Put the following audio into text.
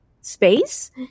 space